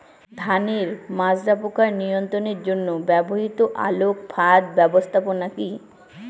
ধানের মাজরা পোকা নিয়ন্ত্রণের জন্য ব্যবহৃত আলোক ফাঁদ ব্যবস্থাপনা কি?